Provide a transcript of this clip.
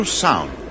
sound